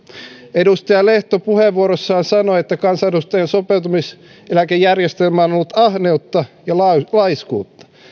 edustaja lehto puheenvuorossaan sanoi että kansanedustajan sopeutumiseläkejärjestelmä on on ollut ahneutta ja laiskuutta